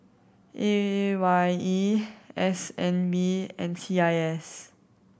A Y E S N B and C I S